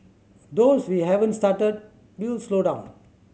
those we haven't started we'll slow down